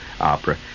Opera